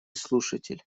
слушатель